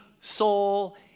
soul